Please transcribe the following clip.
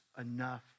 enough